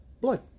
blood